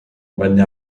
venne